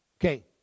okay